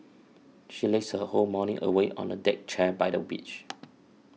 she lazed her whole morning away on a deck chair by the beach